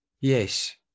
Yes